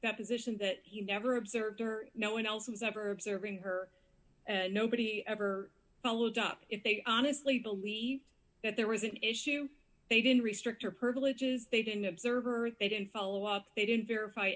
that position that he never observed or no one else has ever observed in her nobody ever followed up if they honestly believe that there was an issue they didn't restrict or privileges they didn't observe it in follow up they didn't verify